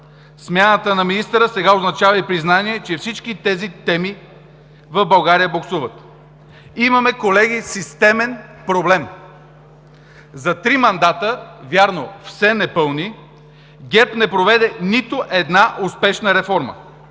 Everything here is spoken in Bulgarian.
Смяната на министъра сега означава и признание, че всички тези теми в България буксуват. Имаме, колеги, системен проблем – за три мандата, вярно все непълни, ГЕРБ не проведе нито една успешна реформа!